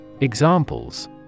Examples